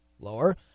Lower